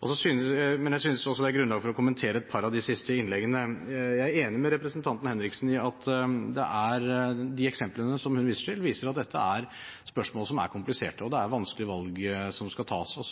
tas. Så vil det i stor